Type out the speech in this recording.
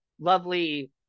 lovely